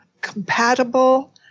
compatible